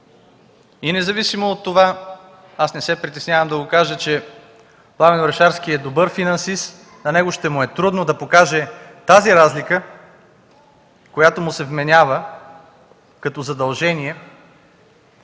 и независимо от това аз не се притеснявам да го кажа – Пламен Орешарски е добър финансист, на него ще му е трудно да покаже тази разлика, която му се вменява като задължение